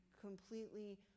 completely